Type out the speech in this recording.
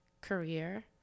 career